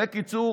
בקיצור,